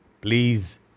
Please